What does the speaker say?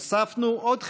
הוספנו עוד חלק.